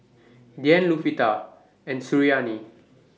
Dian and Suriani